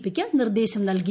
പിയ്ക്ക് നിർദ്ദേശം നല്കി